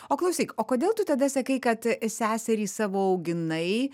o klausyk o kodėl tu tada sakai kad seserį savo auginai